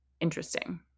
interesting